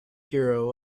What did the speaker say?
hero